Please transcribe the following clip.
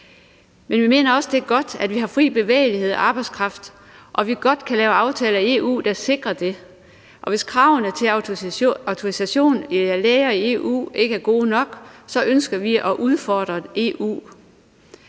det er godt, at vi har fri bevægelighed i forhold til arbejdskraft, og at vi godt kan lave aftaler i EU, der sikrer det. Og hvis kravene til autorisation af læger i EU ikke er gode nok, ønsker vi at udfordre EU.